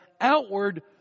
outward